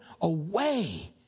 away